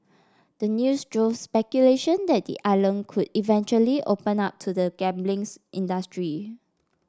the news drove speculation that the island could eventually open up to the gambling industry